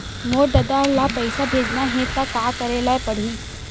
मोर ददा ल पईसा भेजना हे त का करे ल पड़हि?